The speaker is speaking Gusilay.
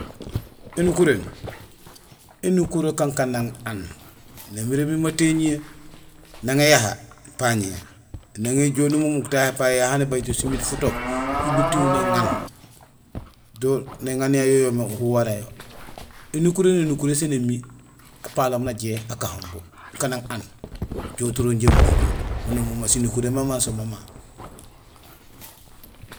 Ēnukuréén; énukuréén kankanang aan; namirémi matéñihé; nang éyaha pañéé, nang éjool numumuk tahé épayo éyaha hani baaj to simiit futook, yo bétiŋul néŋaan; do néŋaan yayu yo yoomé uhú wara yo. Ēnukuréén no nukuréén sén émi apalom najahé akahoom bo kanang aan, ujoow turo injé umu néjool, miin noma ma, sinukuréén mo soom mama.